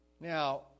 Now